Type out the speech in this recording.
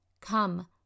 come